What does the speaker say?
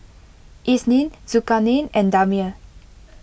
Isnin Zulkarnain and Damia